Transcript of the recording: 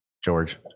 George